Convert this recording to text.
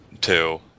two